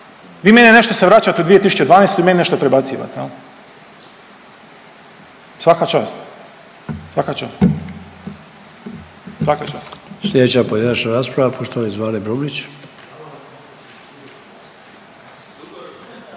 Vi meni se nešto vraćate u 2012. i meni nešto predbacivate? Svaka čast, svaka čast. **Sanader,